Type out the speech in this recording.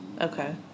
Okay